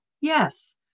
Yes